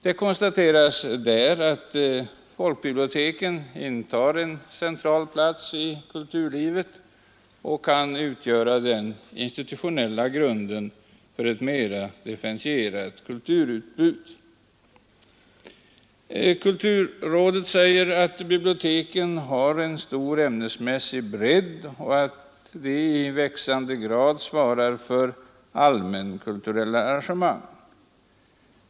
Det konstateras där att folkbiblioteken intar en central plats i kulturlivet och kan utgöra den institutionella grunden för ett mera differentierat kulturutbud. Kulturrådet säger att biblioteken har en stor ämnesmässig bredd och att de i växande grad svarar för allmänkulturella arrangemang.